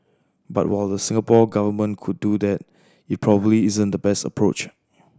but while the Singapore Government could do that it probably isn't the best approach